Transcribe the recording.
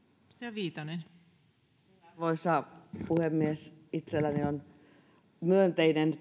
arvoisa puhemies itselläni on se myönteinen